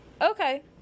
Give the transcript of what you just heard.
Okay